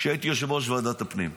כשהייתי יושב-ראש ועדת הפנים,